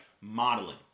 Modeling